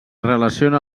relaciona